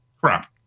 Crap